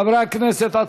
חברי הכנסת,